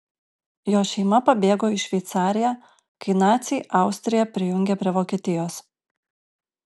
jo šeima pabėgo į šveicariją kai naciai austriją prijungė prie vokietijos